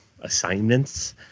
assignments